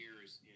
years